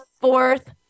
fourth